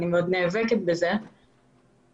אני נאבקת בזה כל יום.